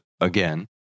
again